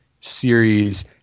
series